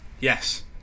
Yes